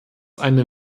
eine